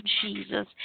Jesus